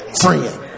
friend